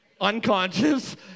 unconscious